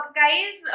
guys